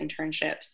internships